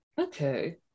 Okay